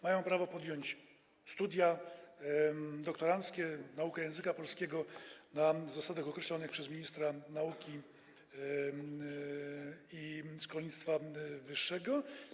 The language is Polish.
Mają również prawo podjąć studia doktoranckie, naukę języka polskiego, na zasadach określonych przez ministra nauki i szkolnictwa wyższego.